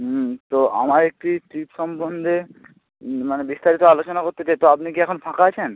হুম তো আমার একটি ট্রিপ সম্বন্ধে মানে বিস্তারিত আলোচনা করতে চাই তো আপনি কি এখন ফাঁকা আছেন